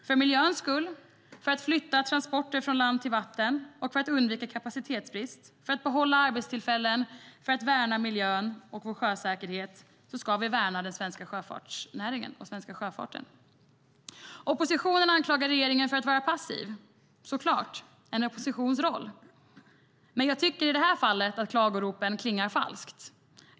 För miljöns skull, för att flytta transporter från land till vatten, för att undvika kapacitetsbrist, för att behålla arbetstillfällen och för att värna miljön och vår sjösäkerhet ska vi värna den svenska sjöfartsnäringen och svenska sjöfarten. Oppositionen anklagar regeringen för att vara passiv. Det gör man såklart - det är en oppositions roll. Men jag tycker i det här fallet att klagoropen klingar falskt.